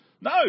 no